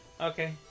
Okay